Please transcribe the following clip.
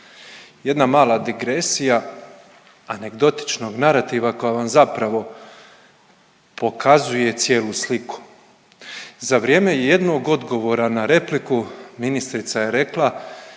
Jedna mala digresija anegdotičnog narativa koja vam zapravo pokazuje cijelu sliku. Za vrijeme jednog odgovora na repliku ministrica je rekla